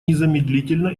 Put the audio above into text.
незамедлительно